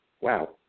Wow